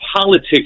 politics